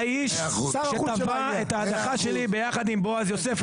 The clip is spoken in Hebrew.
הוא היה האיש שתבע את ההדחה שלי יחד עם בועז יוסף.